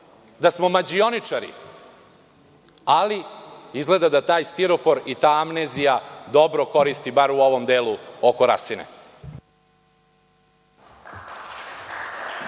da smo mađioničari. Ali, izgleda da stiropor i ta amnezija dobro koristi, bar u ovom delu oko Rasine.